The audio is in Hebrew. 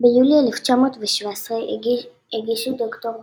ביולי 1917 הגישו ד"ר